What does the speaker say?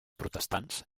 protestants